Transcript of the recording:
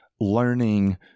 learning